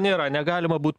nėra negalima būt